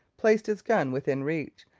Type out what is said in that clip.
placed his gun within reach,